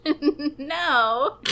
No